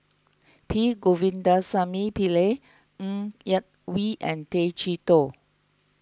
P Govindasamy Pillai Ng Yak Whee and Tay Chee Toh